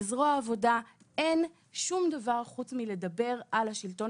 לזרוע העבודה אין שום דבר חוץ מלדבר על השלטון